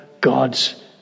God's